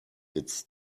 its